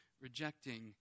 rejecting